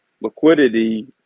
liquidity